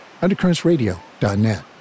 Undercurrentsradio.net